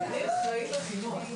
13:15.